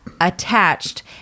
attached